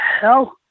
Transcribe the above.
hell